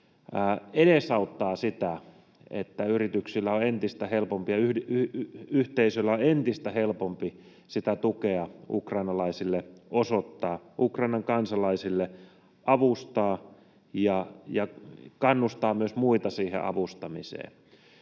edesauttaa sitä, että yrityksillä ja yhteisöillä on entistä helpompi tukea ukrainalaisille osoittaa, Ukrainan kansalaisia avustaa ja kannustaa myös muita siihen avustamiseen.